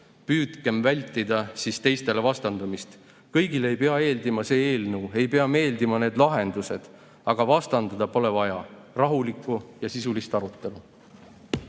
püüdkem vältida siis teistele vastandumist. Kõigile ei pea meeldima see eelnõu, ei pea meeldima need lahendused, aga vastanduda pole vaja. Rahulikku ja sisulist arutelu!